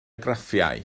graffiau